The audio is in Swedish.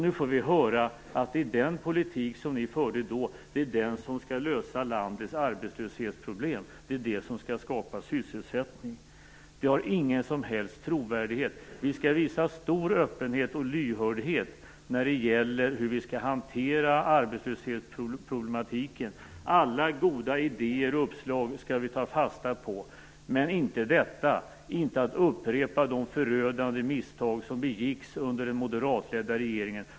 Nu får vi höra att den politik som Moderaterna då förde är den som skall lösa landets arbetslöshetsproblem. Det är den som skall skapa sysselsättning. Detta har ingen som helst trovärdighet! Vi skall visa stor öppenhet och lyhördhet för hur vi skall hantera arbetslöshetsproblematiken. Alla goda idéer och uppslag skall vi ta fasta på. Men inte detta. Vi skall inte upprepa de förödande misstag som begicks under den moderatledda regeringen.